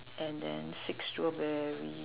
and then six strawberry